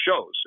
shows